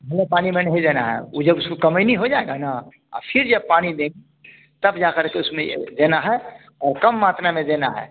पहले पानी में नहीं देना है वे जब उसको कमैनी हो जाएगा ना और फिर जब पानी देंगे तब जाकर के उसमें यह देना है और कम मात्रा में देना है